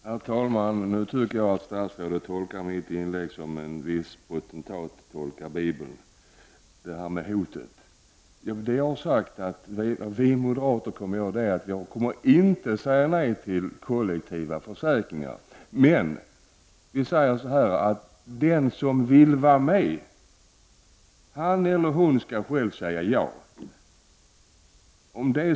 Herr talman! Nu tycker jag att statsrådet tolkar mitt inlägg som en viss potentat tolkar bibeln. Det gäller då det här med hotet. Jag har sagt att vi moderater inte kommer att säga nej till kollektiva försäkringar. Men vi menar att den som vill vara med skall själv säga ja.